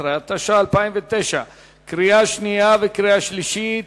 13), התש"ע 2009, קריאה שנייה וקריאה שלישית.